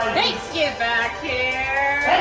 get back here!